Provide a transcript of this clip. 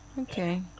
Okay